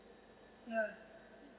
ya